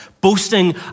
Boasting